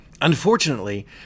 Unfortunately